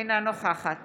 אינה נוכחת